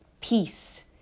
peace